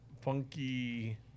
funky